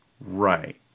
Right